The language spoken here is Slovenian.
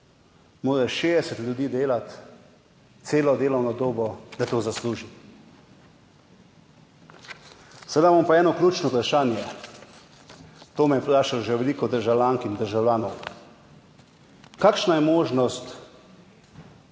mora 60 ljudi delati celo delovno dobo, da to zasluži. Seveda imam pa eno ključno vprašanje, to me je vprašalo že veliko državljank in državljanov, kakšna je možnost,